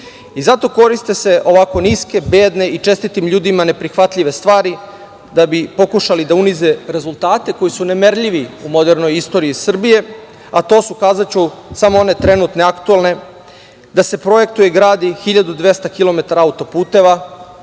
Zato se koriste ovako niske, bedne i čestitim ljudima neprihvatljive stvari, da bi pokušali da unize rezultate koji su nemerljivi u modernoj istoriji Srbije, a to su, kazaću samo one trenutne, aktuelne - da se projektuje i gradi 1.200 km auto-puteva,